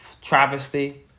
travesty